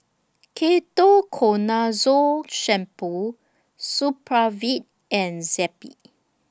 Ketoconazole Shampoo Supravit and Zappy